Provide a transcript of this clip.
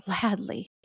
gladly